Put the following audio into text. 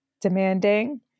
demanding